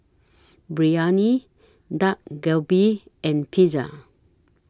Biryani Dak Galbi and Pizza